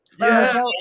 Yes